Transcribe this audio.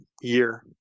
year